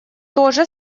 тоже